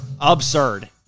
absurd